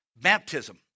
Baptism